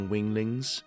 Winglings